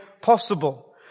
possible